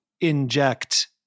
inject